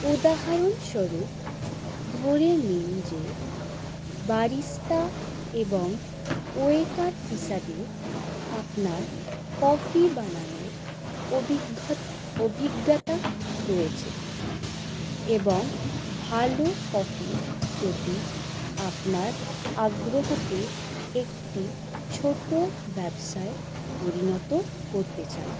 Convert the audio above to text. উদাহারণস্বরূপ ধরে নিন যে বারিস্তা এবং ওয়েটার হিসাবে আপনার কফি বানানোর অভিঘ্যত অভিজ্ঞতা রয়েছে এবং ভালো কফির প্রতি আপনার আগ্রহকে একটি ছোট ব্যবসায় পরিণত করতে চান